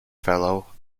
fellow